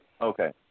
Okay